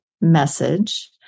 message